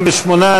48,